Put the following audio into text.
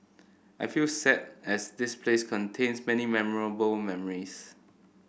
I feel sad as this place contains many memorable memories